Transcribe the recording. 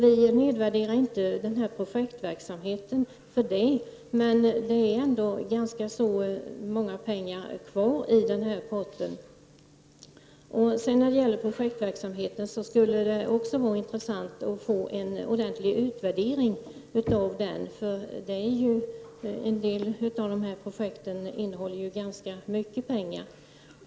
Vi nedvärderade därför inte denna projektverksamhet, men det finns ändå ganska mycket pengar kvar i denna pott. Det skulle även vara intressant att få en utvärdering av denna projektverksamhet. En del av dessa projekt har ju ganska mycket pengar.